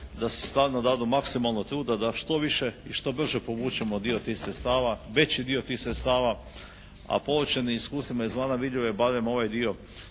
da se stvarno dadu maksimalno truda da što više i što brže povučemo dio tih sredstava, veći dio tih sredstava, a poučeni iskustvima izvana vidljivo je barem ovaj dio